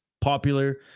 popular